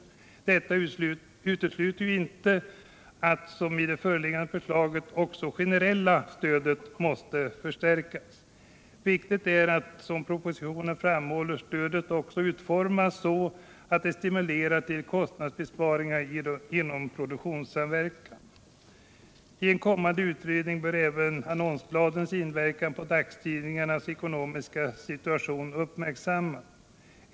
Detta utesluter inte att som i föreliggande förslag också det generella stödet kan behöva förstärkas. Viktigt är att, som propositionen framhåller, stödet också utformas så, att det stimulerar till kostnadsbesparingar genom produktionssamverkan. I en kommande utredning bör även annonsbladens inverkan på dagstidningarnas ekonomiska situation uppmärksammas.